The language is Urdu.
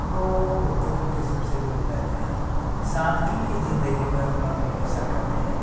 وہ مختلف قسم سے لوگ رہتے ہیں سادگی کی زندگی بسر کرتے ہیں